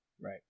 Right